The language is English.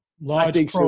large